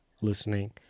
listening